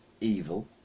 evil